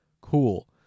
cool